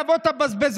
אתם אבי-אבות הבזבזנים.